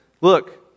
look